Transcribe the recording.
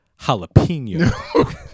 jalapeno